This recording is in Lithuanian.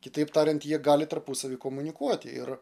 kitaip tariant jie gali tarpusavy komunikuoti ir